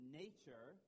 nature